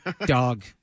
dog